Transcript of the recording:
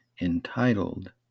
entitled